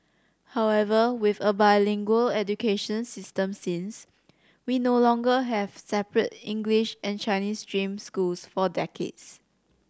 however with a bilingual education system since we no longer have separate English and Chinese stream schools for decades